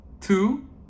two